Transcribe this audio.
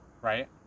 Right